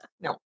No